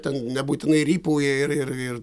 ten nebūtinai rypauja ir ir ir